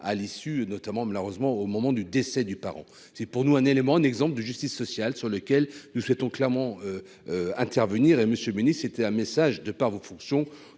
à l'issue notamment malheureusement au moment du décès du parent, c'est pour nous un élément, un exemple de justice sociale, sur lequel nous souhaitons clairement intervenir et Monsieur, c'était un message de par vos fonctions,